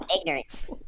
Ignorance